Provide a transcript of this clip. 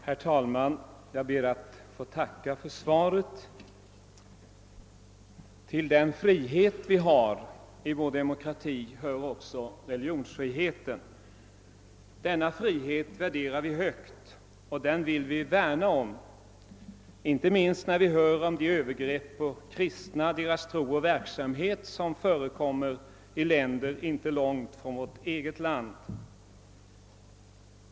Herr talman! Jag ber att få tacka för svaret. Till den frihet vi har i vår demokrati hör också religionsfriheten. Denna frihet värderar vi högt, och den vill vi värna om, inte minst när vi hör om de övergrepp på kristna och deras tro och verksamhet som förekommer i länder inte långt från vårt eget land.